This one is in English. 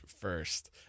first